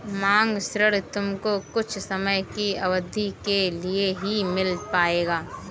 मांग ऋण तुमको कुछ समय की अवधी के लिए ही मिल पाएगा